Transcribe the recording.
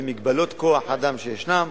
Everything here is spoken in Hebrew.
במגבלות כוח-האדם שישנן,